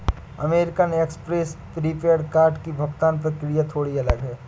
American Express prepaid card की भुगतान प्रक्रिया थोड़ी अलग है